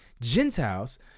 Gentiles